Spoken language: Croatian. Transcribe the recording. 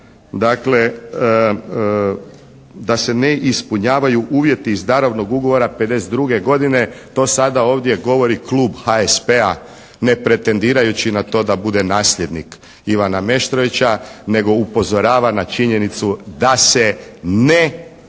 dakle da se ne ispunjavaju uvjeti iz darovnog ugovora '52. godine to sada ovdje govori klub HSP-a, ne pretendirajući na to da bude nasljednik Ivana Meštrovića nego upozorava na činjenicu da se ne ispunjavaju